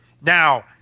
Now